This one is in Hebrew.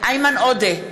איימן עודה,